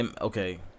Okay